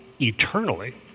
eternally